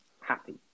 happy